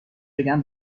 بگم